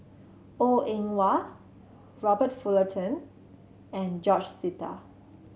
Goh Eng Wah Robert Fullerton and George Sita